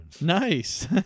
nice